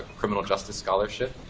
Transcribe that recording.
criminal justice scholarship,